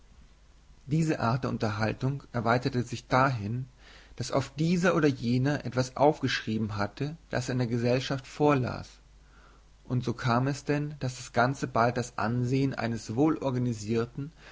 diese art der unterhaltung erweiterte sich dahin daß oft dieser oder jener etwas aufgeschrieben hatte das er in der gesellschaft vorlas und so kam es denn daß das ganze bald das ansehen eines